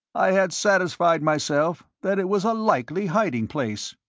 i had satisfied myself that it was a likely hiding place.